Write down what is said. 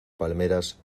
palmeras